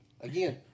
Again